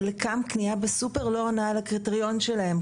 חלקם קנייה בסופר לא עונה על הקריטריון שלהם.